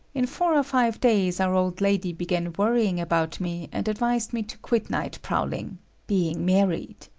in four or five days, our old lady began worrying about me and advised me to quit night prowling being married.